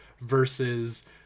versus